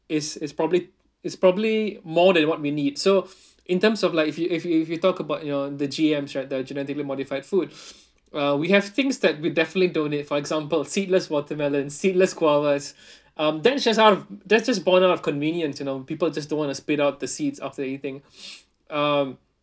is is probably is probably more than what we need so in terms of like if you if you if you talk about you know the G_Ms right the genetically modified food uh we have things that we definitely don't need for example seedless watermelons seedless guavas um that just how that's just borne out of convenience you know people just don't want to spit out the seeds after eating um